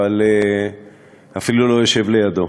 אבל אפילו לא יושב לידו.